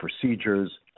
procedures